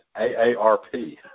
AARP